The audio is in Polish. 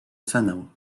cenę